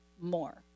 more